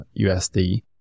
USD